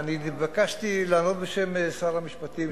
נתבקשתי לענות בשם שר המשפטים,